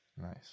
Nice